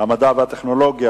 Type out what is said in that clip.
המדע והטכנולוגיה,